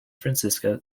francisco